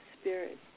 spirit